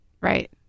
Right